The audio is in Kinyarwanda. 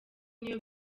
niyo